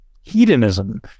hedonism